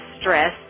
stress